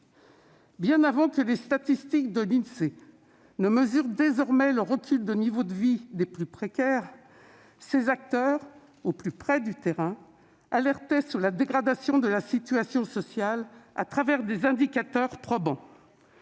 Bien avant que les statistiques de l'Insee ne mesurent le recul du niveau de vie des plus précaires, ces acteurs, au plus près du terrain, alertaient sur la dégradation de la situation sociale au travers d'indicateurs probants